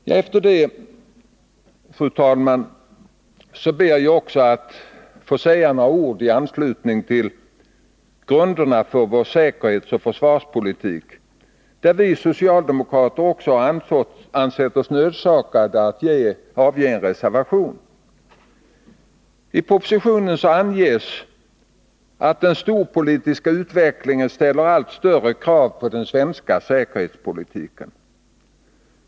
a Efter detta, fru talman, ber jag att få säga några ord i anslutning till grunderna för vår säkerhetsoch försvarspolitik, där vi socialdemokrater också ansett oss nödsakade att avge en reservation. I propositionen anges att den storpolitiska utvecklingen ställer allt större krav på den svenska säkerhetspolitiken.